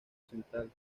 central